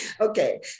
Okay